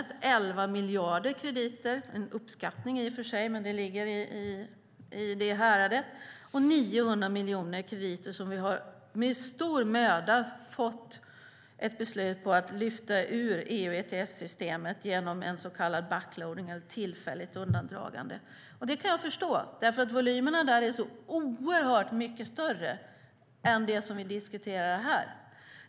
Det är 11 miljarder krediter - det är i och för sig en uppskattning, men det ligger i det häradet. Och det är 900 miljoner krediter som vi med stor möda har fått ett beslut om att lyfta ur EU ETS-systemet genom en så kallad backloading eller ett tillfälligt undandragande. Detta kan jag förstå, för volymerna där är oerhört mycket större än det som vi diskuterar här.